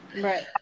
Right